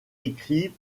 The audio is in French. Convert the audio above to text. écrit